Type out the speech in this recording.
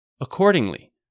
Accordingly